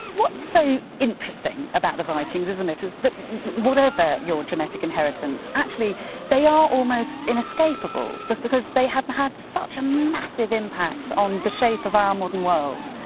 what's so interesting about the vikings, isn't it, is that whatever your genetic inheritance actually they are almost inescapable but because they have had such a massive impact on the shape of our modern world.